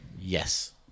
Yes